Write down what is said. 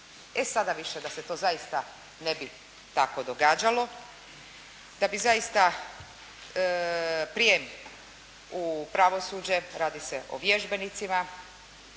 E sada više da se to zaista ne bi tako događalo, da bi zaista prijem u pravosuđe, radi se o vježbenicima,